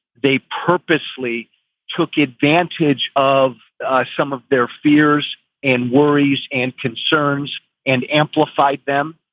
they purposely took advantage of some of their fears and worries and concerns and amplified them,